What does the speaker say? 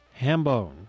Hambone